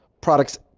products